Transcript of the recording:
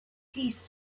piece